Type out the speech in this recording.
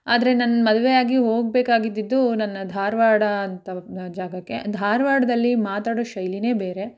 ಆದರೆ ನಾನು ಮದುವೆ ಆಗಿ ಹೋಗಬೇಕಾಗಿದ್ದಿದ್ದು ನನ್ನ ಧಾರವಾಡ ಅಂಥ ಜಾಗಕ್ಕೆ ಧಾರವಾಡ್ದಲ್ಲಿ ಮಾತಾಡೋ ಶೈಲಿಯೇ ಬೇರೆ